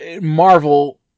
Marvel